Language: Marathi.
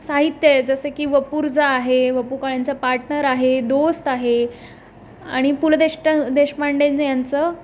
साहित्य आहे जसं की वपुर्झा आहे व पु काळ्यांचं पार्टनर आहे दोस्त आहे आणि पु ल देष्टा देशपांडे यांचं